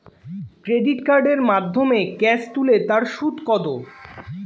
Credit কার্ডের মাধ্যমে cash তুলে তার সুদ কত?